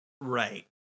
Right